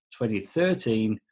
2013